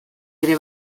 ere